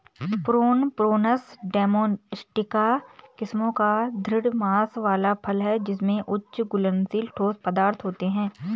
prune, Prunus domestica किस्मों का दृढ़ मांस वाला फल है जिसमें उच्च घुलनशील ठोस पदार्थ होते हैं